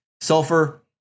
Sulfur